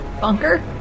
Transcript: Bunker